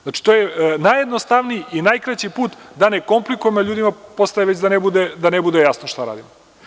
Znači, to je najjednostavniji i najkraći put da ne komplikujemo ljudima, postaje već da ne bude jasno šta radimo.